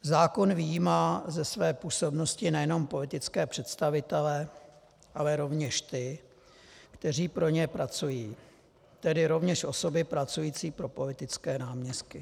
Zákon vyjímá ze své působnosti nejen politické představitele, ale rovněž ty, kteří pro ně pracují, tedy rovněž osoby pracující pro politické náměstky.